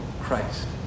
Christ